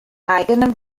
eigenen